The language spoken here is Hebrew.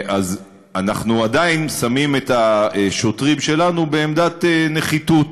אנחנו עדיין שמים את השוטרים שלנו בעמדת נחיתות,